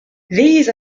these